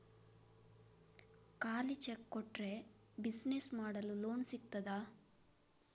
ಖಾಲಿ ಚೆಕ್ ಕೊಟ್ರೆ ಬಿಸಿನೆಸ್ ಮಾಡಲು ಲೋನ್ ಸಿಗ್ತದಾ?